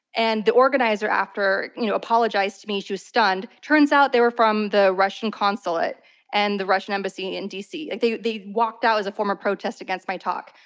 and the organizer, after you know apologized to me, she was just stunned. turns out they were from the russian consulate and the russian embassy in d. c. like they they walked out as a form of protest against my talk.